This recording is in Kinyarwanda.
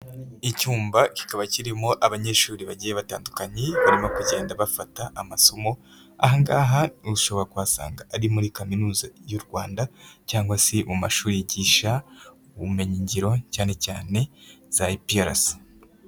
Icyumba kikaba kirimo abanyeshuri bagiye batandukanye barimo kugenda bafata amasomo. Ahangaha ushobora kuhasanga ari muri kaminuza y'uRwanda, cyangwa se mu mashuri yigisha ubumenyi ngiro cyane cyane za ayipiyarasi.